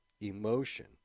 emotion